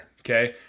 Okay